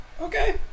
Okay